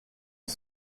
les